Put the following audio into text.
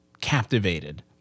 captivated